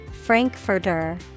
Frankfurter